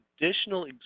additional